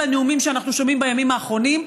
הנאומים שאנחנו שומעים בימים האחרונים,